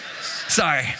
sorry